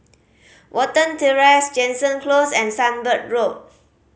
Watten Terrace Jansen Close and Sunbird Road